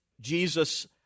Jesus